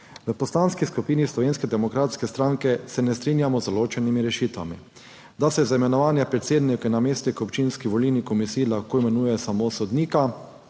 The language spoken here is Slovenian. V Poslanski skupini Slovenske demokratske stranke se ne strinjamo z določenimi rešitvami. Da se za imenovanje predsednika in namestnika občinskih volilnih komisij lahko imenuje samo sodnika